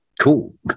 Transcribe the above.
cool